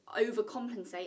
overcompensate